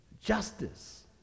Justice